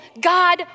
God